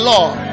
Lord